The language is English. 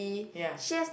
ya